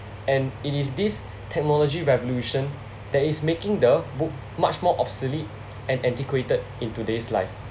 and it is this technology revolution that is making the book much more obsolete and antiquated in today's life